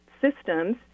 systems